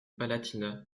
palatinat